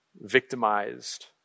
victimized